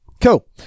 cool